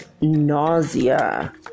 nausea